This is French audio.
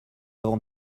avant